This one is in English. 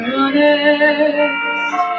honest